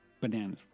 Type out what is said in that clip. bananas